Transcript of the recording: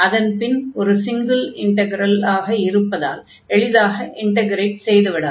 அதன் பின் ஒரு சிங்கிள் இன்டக்ரலாக இருப்பதால் எளிதாக இன்டக்ரேட் செய்துவிடலாம்